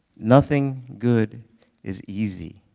nothing good is easy.